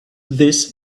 this